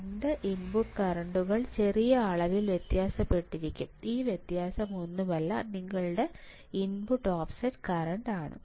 2 input കറന്റുകൾ ചെറിയ അളവിൽ വ്യത്യാസപ്പെട്ടിരിക്കും ഈ വ്യത്യാസം ഒന്നുമല്ല നിങ്ങളുടെ ഇൻപുട്ട് ഓഫ്സെറ്റ് കറന്റ് ആണ്